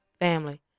family